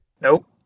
Nope